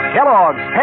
Kellogg's